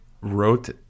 wrote